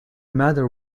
matter